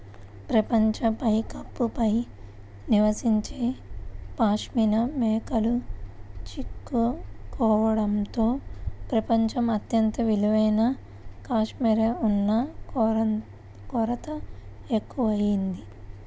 ప్రపంచ పైకప్పు పై నివసించే పాష్మినా మేకలు చిక్కుకోవడంతో ప్రపంచం అత్యంత విలువైన కష్మెరె ఉన్ని కొరత ఎక్కువయింది